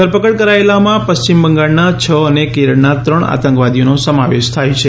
ધરપકડ કરાયેલાઓમાં પશ્ચિમ બંગાળના છ અને કેરળના ત્રણ આતંકવાદીઓનો સમાવેશ થાય છે